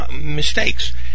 mistakes